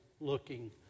looking